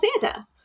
Santa